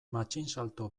matxinsalto